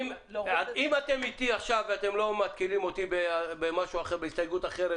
אם אתם איתי עכשיו ואתם לא מתקילים אותי במשהו אחר או בהסתייגות אחרת